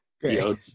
Great